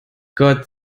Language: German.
gott